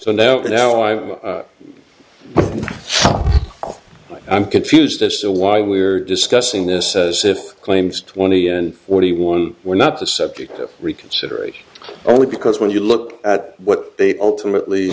so now now i've i'm confused as to why we are discussing this as if claims twenty and forty one were not the subject of reconsideration only because when you look at what they ultimately